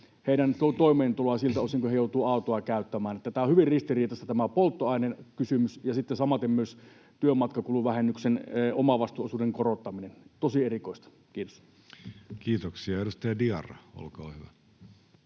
duunareiden toimeentuloa siltä osin kuin he joutuvat autoa käyttämään. Eli tämä polttoainekysymys on hyvin ristiriitainen ja sitten samaten myös työmatkakuluvähennyksen omavastuuosuuden korottaminen, tosi erikoista. — Kiitos. Kiitoksia. — Edustaja Diarra, olkaa hyvä.